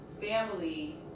family